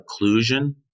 occlusion